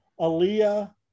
Aaliyah